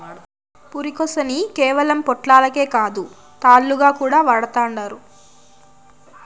పురికొసని కేవలం పొట్లాలకే కాదు, తాళ్లుగా కూడా వాడతండారు